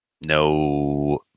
no